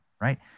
right